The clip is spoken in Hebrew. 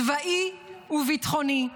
הצבאית והביטחונית,